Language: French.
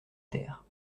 terre